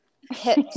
hit